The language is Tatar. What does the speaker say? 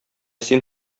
син